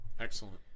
Excellent